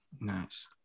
Nice